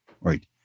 right